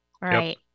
Right